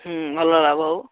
ହୁଁ ଭଲ ଲାଭ ହେବ